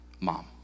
mom